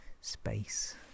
space